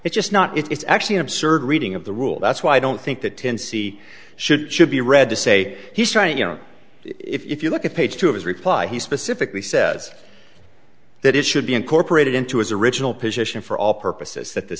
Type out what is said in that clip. it's just not it's actually an absurd reading of the rule that's why i don't think the ten see should should be read to say he's trying to you know if you look at page two of his reply he specifically says that it should be incorporated into his original position for all purposes that the